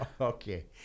Okay